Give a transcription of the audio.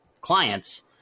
clients